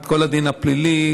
את כל הדין הפלילי,